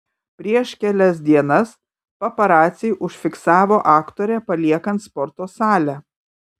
prieš kelias dienas paparaciai užfiksavo aktorę paliekant sporto salę